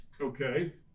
Okay